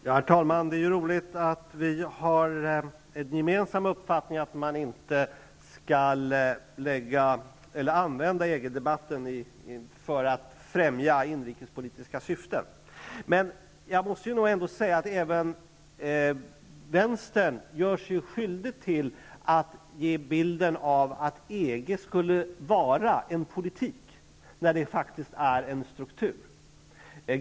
Herr talman! Det är roligt att vi har den gemensamma uppfattningen att man inte skall använda EG-debatten för att främja inrikespolitiska syften. Jag måste dock säga att även vänstern gör sig skyldig till att ge en bild av att EG skulle vara en politik, när det faktiskt är en struktur.